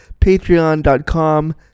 patreon.com